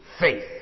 faith